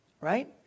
right